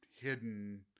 hidden